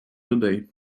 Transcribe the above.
людей